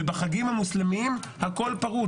ובחגים במוסלמיים הכול פרוץ.